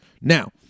Now